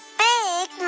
big